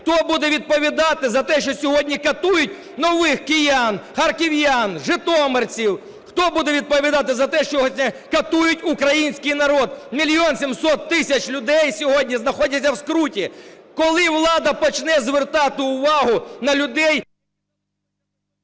Хто буде відповідати за те, що сьогодні катують нових киян, харків'ян, житомирців? Хто буде відповідати за те, що сьогодні катують український народ? 1 мільйон 700 тисяч людей сьогодні знаходяться в скруті. Коли влада почне звертати увагу на людей?